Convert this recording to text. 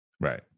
Right